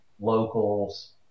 locals